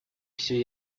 все